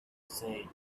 said